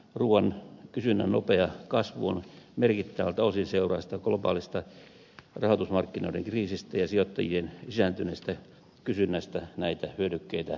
ruuan kysynnän nopea kasvu on merkittävältä osin seurausta globaalista rahoitusmarkkinoiden kriisistä ja sijoittajien lisääntyneestä kysynnästä näitä hyödykkeitä kohtaan